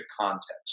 context